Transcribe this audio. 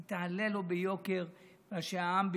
היא תעלה לו ביוקר מפני שהעם בישראל,